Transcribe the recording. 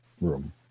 room